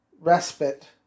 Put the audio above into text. respite